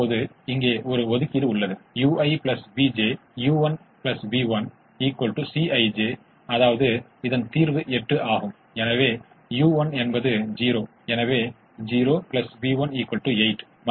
இப்போது பலவீனமான இருமைக் கோட்பாட்டைப் படித்தபோது நாம் பார்த்த அதே சாத்தியமான சாத்தியமான தீர்வுகளின் தொகுப்பைப் பார்ப்போம் அதே சாத்தியமான தீர்வுகளின் தொகுப்பு